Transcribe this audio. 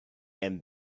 and